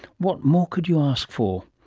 what more could you ask for?